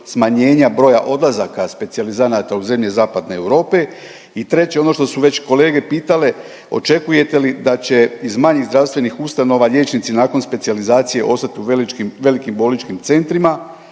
smanjenja broja odlazaka specijalizanata u zemlje zapadne Europe? I treće, ono što su već kolege pitale, očekujete li da će iz manjih zdravstvenih ustanova liječnici nakon specijalizacije ostat u velikim bolničkim centrima